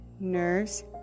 Nerves